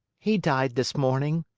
he died this morning.